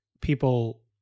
people